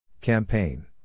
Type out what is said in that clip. Campaign